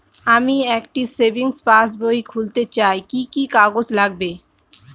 আমি একটি savings passbook খুলতে চাই কি কি কাগজ লাগবে?